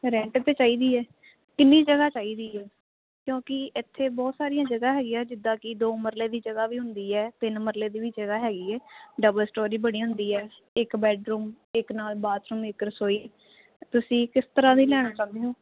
rent ਤੇ ਚਾਹੀਦੀ ਹ ਕਿੰਨੀ ਜਗ੍ਹਾ ਚਾਹੀਦੀ ਹੈ ਕਿਉਂਕਿ ਇੱਥੇ ਬਹੁਤ ਸਾਰੀਆਂ ਜਗ੍ਹਾ ਹੈਗੀਆਂ ਜਿੱਦਾਂ ਕਿ ਦੋ ਮਰਲੇ ਦੀ ਜਗ੍ਹਾ ਵੀ ਹੁੰਦੀ ਹੈ ਤਿੰਨ ਮਰਲੇ ਦੀ ਵੀ ਜਗ੍ਹਾ ਹੈਗੀ ਹੈ ਡਬਲ ਸਟੋਰੀ ਬਣੀ ਹੁੰਦੀ ਹ ਇੱਕ ਬੈਡਰੂਮ ਇੱਕ ਨਾਲ ਬਾਥਰੂਮ ਇੱਕ ਰਸੋਈ ਤੁਸੀਂ ਕਿਸ ਤਰ੍ਹਾਂ ਦੀ ਲੈਣਾ ਚਾਹੁੰਦੇ ਹੋ